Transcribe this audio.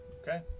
Okay